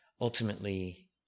ultimately